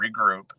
regroup